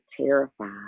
terrified